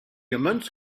immense